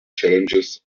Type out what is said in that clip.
challenges